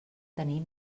tenir